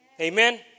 Amen